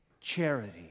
charity